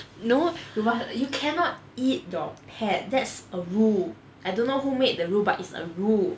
no you must you cannot eat your pet that's a rule I don't know who made the but it's a rule